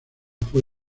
fue